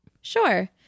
Sure